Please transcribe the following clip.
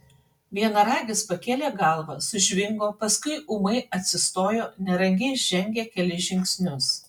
vienaragis pakėlė galvą sužvingo paskui ūmai atsistojo nerangiai žengė kelis žingsnius